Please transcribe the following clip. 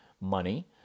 Money